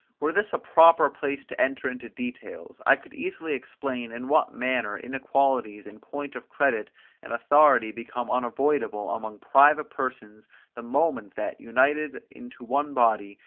were this a proper place to enter into details, i could easily explain in what manner inequalities in point of credit and authority become unavoidable among private persons the moment that, united into one body,